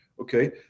okay